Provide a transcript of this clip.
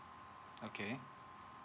okay